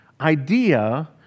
idea